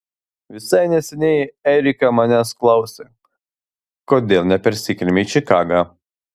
visai neseniai erika manęs klausė kodėl nepersikeliame į čikagą